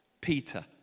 Peter